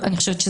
ופעם חמישית,